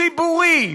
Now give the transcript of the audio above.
ציבורי,